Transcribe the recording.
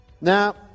Now